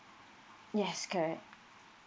yes correct